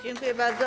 Dziękuję bardzo.